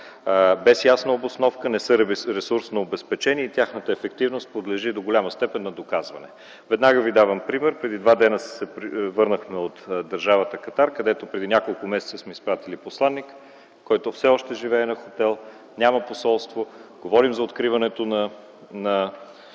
без ясна обосновка, не са ресурсно обезпечени и тяхната ефективност подлежи до голяма степен на доказване. Веднага Ви давам пример. Преди 2 дена се върнахме от държавата Катар, където преди няколко месеца сме изпратили посланик, който все още живее на хотел, няма посолство. Говорим за откриването на